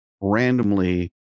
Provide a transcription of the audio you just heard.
randomly